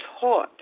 taught